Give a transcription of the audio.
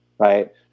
right